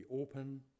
open